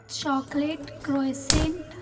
chocolate croissant